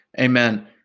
Amen